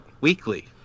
weekly